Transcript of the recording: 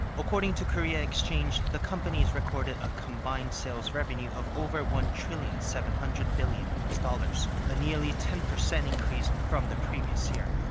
according to korea exchange, the companies recorded a combined sales revenue of over one-trillion-seven-hundred-billion u s. dollars. a nearly ten percent increase from the previous year.